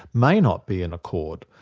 may not be in accord,